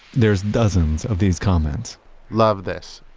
there's dozens of these comments love this!